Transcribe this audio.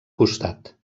costat